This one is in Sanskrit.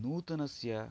नूतनस्य